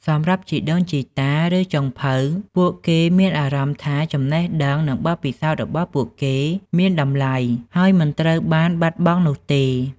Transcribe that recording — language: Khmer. សម្រាប់ ជីដូនជីតា ឬចុងភៅ ពួកគេមានអារម្មណ៍ថាចំណេះដឹងនិងបទពិសោធន៍របស់ពួកគេមានតម្លៃ ហើយមិនត្រូវបានបាត់បង់នោះទេ។